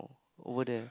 over there